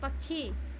पक्षी